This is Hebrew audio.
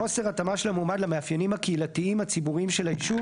חוסר התאמה של המועמד למאפיינים הקהילתיים הציבורים של היישוב,